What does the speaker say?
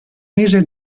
mese